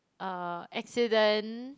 uh accident